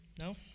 No